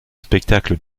spectacles